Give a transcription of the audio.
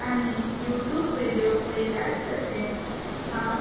आनी YouTube video पळयलात तसें हांव